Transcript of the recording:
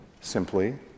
simply